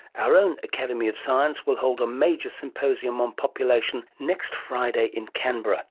our own academy of science will hold a major symposium on population next friday in canberra